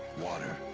water.